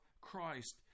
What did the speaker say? Christ